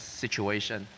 situation